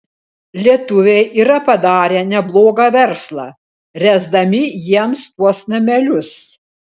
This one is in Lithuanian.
lietuviai yra padarę neblogą verslą ręsdami jiems tuos namelius